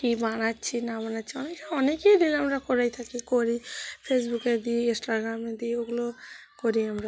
কী বানাচ্ছি না বানাচ্ছি অনেক সময় অনেকেই রিল আমরা করেই থাকি করি ফেসবুকে দিই ইন্সটাগ্রামে দিই ওগুলো করি আমরা